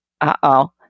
uh-oh